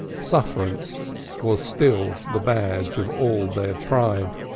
sufferance was still the badge of all their tribe.